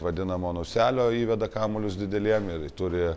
vadinamo nuselio įveda kamuolius dideliem ir turi